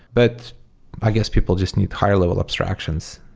but i guess people just need higher level abstractions.